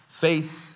Faith